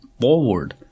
forward